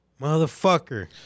Motherfucker